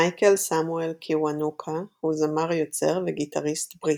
מייקל סמואל קיוונוקה הוא זמר-יוצר וגיטריסט בריטי.